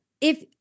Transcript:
if-